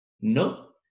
Nope